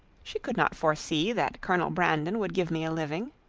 she could not foresee that colonel brandon would give me a living.